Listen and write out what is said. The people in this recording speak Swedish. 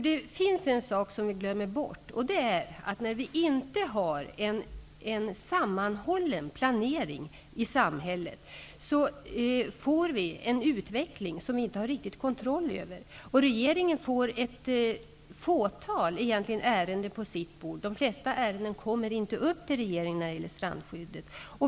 Det finns en sak som vi glömmer bort. Det är att när vi inte har en sammanhållen planering i samhället, får vi en utveckling som vi inte riktigt har kontroll över. Regeringen får egentligen ett fåtal ärenden på sitt bord. De flesta ärenden som gäller strandskyddet kommer inte upp till regeringen.